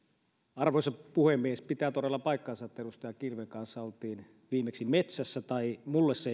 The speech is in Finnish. arvoisa puhemies pitää todella paikkansa että edustaja kilven kanssa olimme viimeksi metsässä tai minulle se